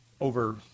over